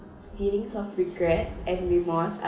feelings of regret and remorse